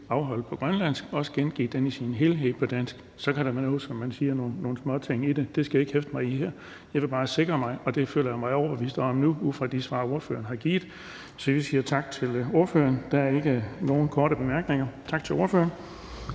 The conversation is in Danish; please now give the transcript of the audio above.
holdt på grønlandsk, er gengivet i sin helhed på dansk. Så kan der være nogle småting i det. Det skal jeg ikke forholde mig til her. Jeg ville bare være sikker, og nu føler jeg mig overbevist ud fra de svar, ordføreren har givet. Der er ikke nogen korte bemærkninger. Så vi siger